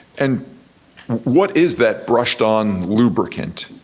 and what is that brushed on lubricant?